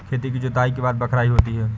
खेती की जुताई के बाद बख्राई होती हैं?